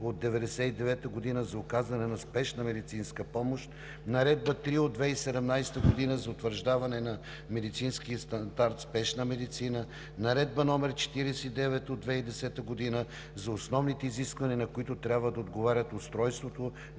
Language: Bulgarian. от 1999 г. за оказване на спешна медицинска помощ; Наредба № 3 от 2017 г. за утвърждаване на медицински стандарт „Спешна медицина“ и Наредба № 49 от 2010 г. за основните изисквания, на които трябва да отговарят устройството,